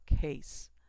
case